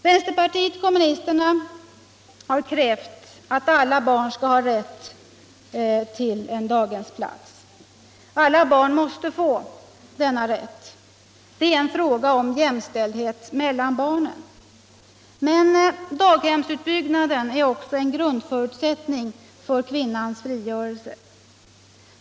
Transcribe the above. Vänsterpartiet kommunisterna har krävt att alla barn skall ha rätt till en daghemsplats. Alla barn måste få denna rätt. Det är en fråga om jämställdhet mellan barnen. Men daghemsutbyggnaden är också en grundförutsättning för kvinnans frigörelse.